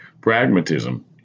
Pragmatism